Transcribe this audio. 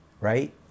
right